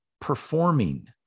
performing